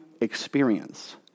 experience